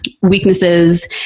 weaknesses